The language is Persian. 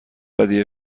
ودیعه